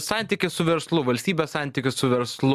santykis su verslu valstybės santykis su verslu